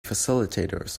facilitators